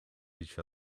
each